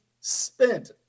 spent